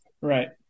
Right